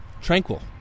tranquil